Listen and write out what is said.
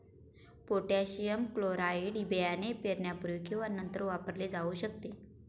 potassium chloride बियाणे पेरण्यापूर्वी किंवा नंतर वापरले जाऊ शकते